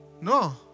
No